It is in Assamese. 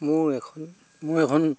মোৰ এখন মোৰ এখন